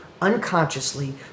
unconsciously